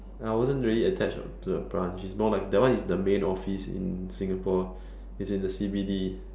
I wasn't really attached to a branch is more like that one is the main office in Singapore it's in the C_B_D